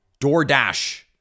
DoorDash